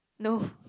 no